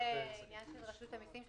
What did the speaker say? זה עניין של רשות המיסים,